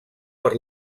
per